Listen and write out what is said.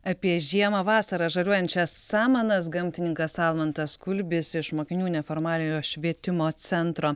apie žiemą vasarą žaliuojančias samanas gamtininkas almantas kulbis iš mokinių neformaliojo švietimo centro